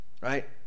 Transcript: right